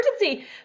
emergency